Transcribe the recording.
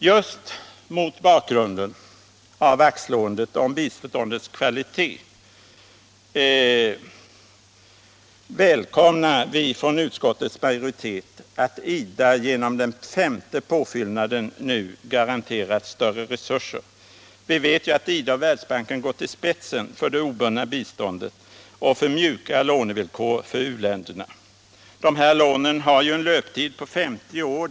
Just mot bakgrunden av vaktslåendet om biståndets kvalitet välkomnar vi från utskottets majoritet att IDA genom den femte påfyllnaden nu garanteras större resurser. Vi vet att IDA och Världsbanken gått i spetsen för det obundna biståndet och för mjuka lånevillkor för u-länderna. De här lånen har ju en löptid på 50 år.